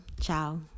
Ciao